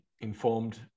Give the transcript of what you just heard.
informed